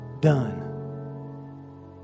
Done